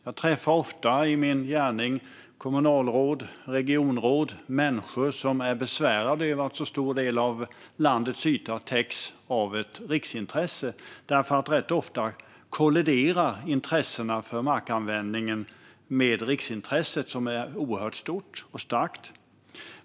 Jag träffar i min gärning ofta kommunalråd, regionråd och andra människor som har besvär med att en så stor del av landets yta utgörs av riksintressen. Rätt ofta kolliderar intressena för markanvändningen med riksintresset, som är oerhört stort och starkt.